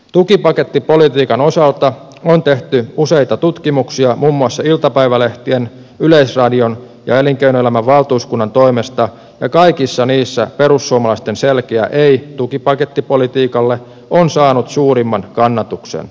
tukipakettipolitiikan osalta on tehty useita tutkimuksia muun muassa iltapäivälehtien yleisradion ja elinkeinoelämän valtuuskunnan toimesta ja kaikissa niissä perussuomalaisten selkeä ei tukipakettipolitiikalle on saanut suurimman kannatuksen